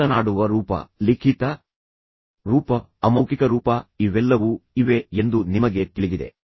ಮಾತನಾಡುವ ರೂಪ ಲಿಖಿತ ರೂಪ ಅಮೌಖಿಕ ರೂಪ ಇವೆಲ್ಲವೂ ಇವೆ ಎಂದು ನಿಮಗೆ ತಿಳಿದಿದೆ